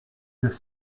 deux